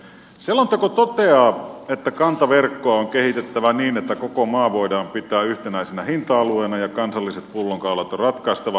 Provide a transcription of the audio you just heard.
selonteko toteaa että kantaverkkoa on kehitettävä niin että koko maa voidaan pitää yhtenäisenä hinta alueena ja kansalliset pullonkaulat on ratkaistava